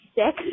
six